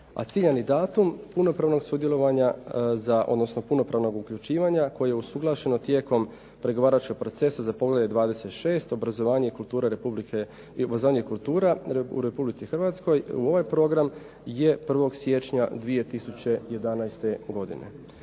u ta dva programa. A ciljani datum punopravnog uključivanja koje je usuglašeno tijekom pregovaračkog procesa za poglavlje 26. obrazovanje i kultura u Republici Hrvatskoj, u ovaj program je 1. siječnja 2011. godine.